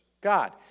God